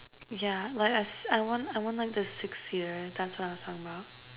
yeah like I s~ I want I want like the six seater that's what I was talking about